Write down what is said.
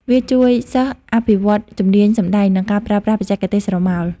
វាជួយសិស្សអភិវឌ្ឍជំនាញសម្តែង និងការប្រើប្រាស់បច្ចេកទេសស្រមោល។